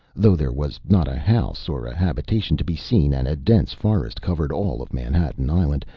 though there was not a house or a habitation to be seen and a dense forest covered all of manhattan island,